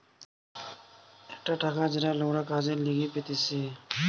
একটা টাকা যেটা লোকরা কাজের লিগে পেতেছে